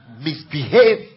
misbehave